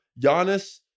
Giannis